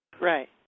Right